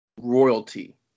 royalty